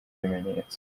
ibimenyetso